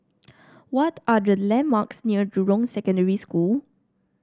what are the landmarks near Jurong Secondary School